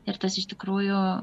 ir tas iš tikrųjų